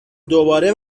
دوباره